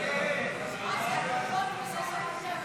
לחלופין